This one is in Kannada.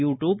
ಯೂಟ್ಯೂಬ್